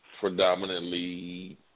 Predominantly